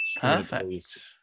Perfect